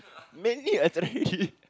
many I try already